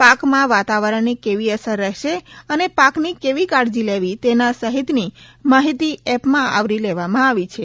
પાકમાં વાતાવરણની કેવી અસર રહેશે અને પાકની કેવી કાળજી લેવી તેના સહિતની માહિતી એપમાં આવરી લેવામાં આવી છે